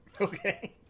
Okay